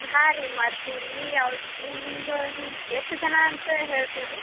ಹಾಂ ರೀ ಮಾಡ್ತೀವಿ ರೀ ನಿಮ್ಗೆ ಯಾವ್ದು ಇನ್ನು ನಿಮ್ದು ನಿಮ್ಮದು ಎಷ್ಟು ಜನ ಅಂತ ಹೇಳ್ತೀರಾ ರೀ